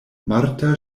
marta